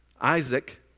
Isaac